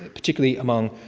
ah particularly among